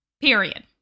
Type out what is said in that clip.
Period